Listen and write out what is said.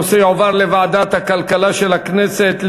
הנושא יועבר לדיון בוועדת הכלכלה של הכנסת.